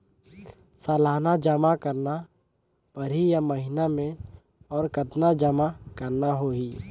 सालाना जमा करना परही या महीना मे और कतना जमा करना होहि?